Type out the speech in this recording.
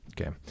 Okay